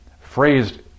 phrased